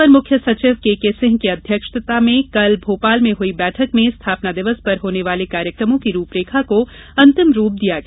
अपर मुख्य सचिव केके सिंह की अध्यक्षता में कल भोपाल में हुई बैठक में स्थापना दिवस पर होने वाले कार्यक्रमों की रूपरेखा को अंतिम रूप दिया गया